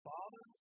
Father